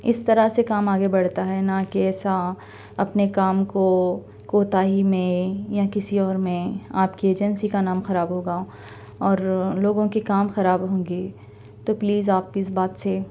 اِس طرح سے کام آگے بڑھتا ہے نہ کہ ایسا اپنے کام کو کوتاہی میں یا کسی اور میں آپ کے ایجنسی کا نام خراب ہوگا اور لوگوں کے کام خراب ہوں گے تو پلیز آپ اِس بات سے